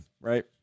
right